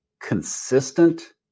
consistent